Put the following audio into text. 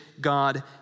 God